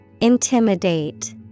Intimidate